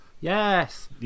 Yes